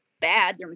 bad